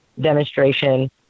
demonstration